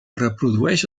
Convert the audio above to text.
reprodueix